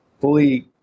fully